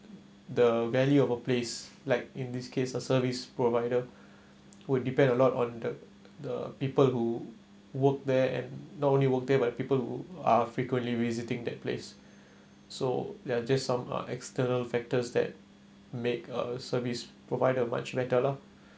the value of a place like in this case a service provider would depend a lot on the the people who work there and not only work there but people who are frequently visiting that place so there are just some uh external factors that make a service provider much better lah